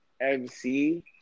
MC